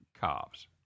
Cops